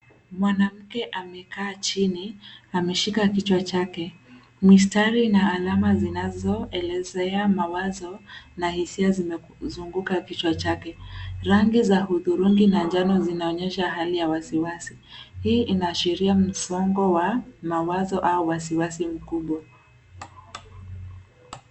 Mwanamke amekaa chini ameshika kichwa chake. Mistari na alama zinazoelezea mawazo na hisia zimezunguka kichwa chake. Rangi za hudhurungi na njano zinaonyesha hali ya wasiwasi. Hii inaashiria msongo wa mawazo au wasiwasi mkubwa.